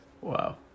Wow